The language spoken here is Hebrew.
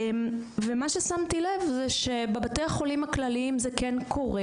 מה ששמתי לב זה שבבתי החולים הכללים זה כן קורה